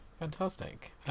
Fantastic